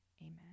amen